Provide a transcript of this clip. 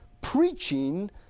preaching